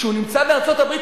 כשהוא נמצא בארצות-הברית,